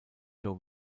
joe